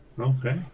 Okay